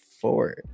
four